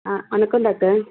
ஆ வணக்கம் டாக்டர்